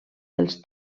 dels